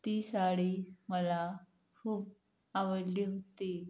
ती साडी मला खूप आवडली होती